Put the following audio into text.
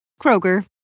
Kroger